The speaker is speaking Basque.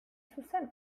zuzen